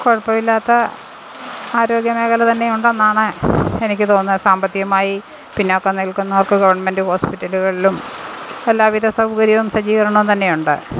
കുഴപ്പമില്ലാത്ത ആരോഗ്യമേഖല തന്നെ ഉണ്ടെന്നാണ് എനിക്ക് തോന്നിയ സാമ്പത്തികമായി പിന്നോക്കം നില്ക്കുന്നവർക്ക് ഗവൺമെൻറ്റ് ഹോസ്പിറ്റലുകളിലും എല്ലാവിധ സൗകര്യവും സജ്ജീകരണം തന്നെ ഉണ്ട്